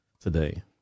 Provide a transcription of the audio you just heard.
today